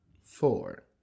four